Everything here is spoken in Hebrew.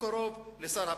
ביותר לשר הפנים.